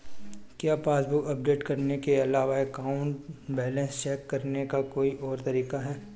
क्या passbook update करने के अलावा अकाउंट बैलेंस चेक करने का कोई और तरीका है?